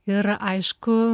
ir aišku